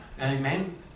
Amen